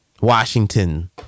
Washington